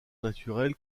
naturelle